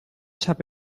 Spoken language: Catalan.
sap